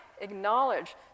acknowledge